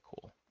cool